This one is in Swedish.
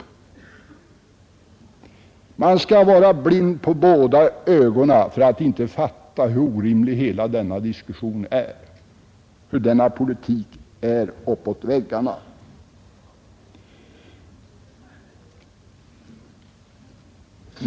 Man skall vara blind på båda ögonen för att inte fatta hur orimlig hela denna diskussion är och inte fatta att hela denna politik är uppåt väggarna.